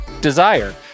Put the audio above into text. Desire